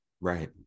Right